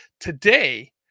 Today